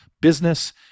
business